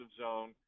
zone